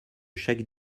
chaque